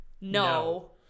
No